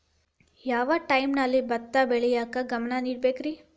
ಯಾವ್ ಟೈಮಲ್ಲಿ ಭತ್ತ ಬೆಳಿಯಾಕ ಗಮನ ನೇಡಬೇಕ್ರೇ?